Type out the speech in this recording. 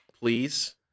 please